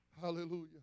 Hallelujah